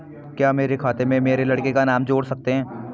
क्या मेरे खाते में मेरे लड़के का नाम जोड़ सकते हैं?